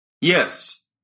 Yes